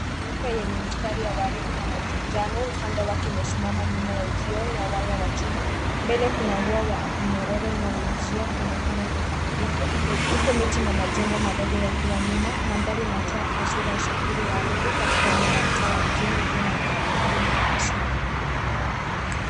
Nyeupe yenye mistari ya waridi na manjano upande wake amesimama nyuma ya uzio wa waya wa chuma. Mbele kuna ua wa mnyororo unaouzia kuonekana kwa ukamilifu huku miti na majengo madogo yakiwa nyuma. Mandhari inatoa taswira usafiri wa reli katika eneo la mtaa wa mjini ulio na miundo mbinu ya msingi.